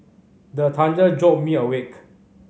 the thunder jolt me awake